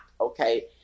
okay